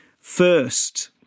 first